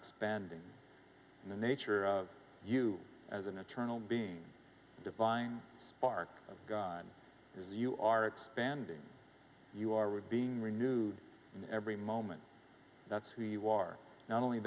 expanding the nature of you as an eternal being divine spark you are expanding you are with being renewed every moment that's who you are not only